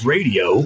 Radio